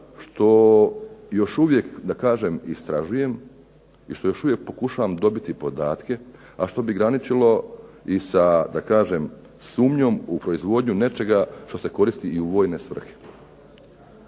što još uvijek, da kažem istražujem, i što još uvijek pokušavam dobiti podatke, a što bi graničilo i sa, da kažem sumnjom u proizvodnju nečega što se koristi i u vojne svrhe.